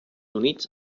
units